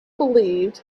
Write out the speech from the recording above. believed